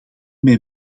mij